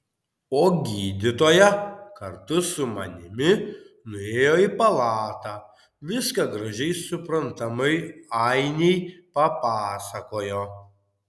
o gydytoja kartu su manimi nuėjo į palatą viską gražiai suprantamai ainei papasakojo